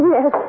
Yes